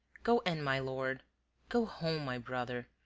go in, my lord go home, my brother,